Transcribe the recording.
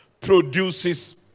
produces